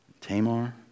Tamar